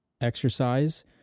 exercise